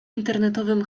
internetowym